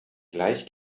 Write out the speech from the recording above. gleich